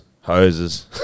Hoses